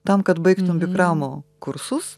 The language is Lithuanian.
tam kad baigtum bikramo kursus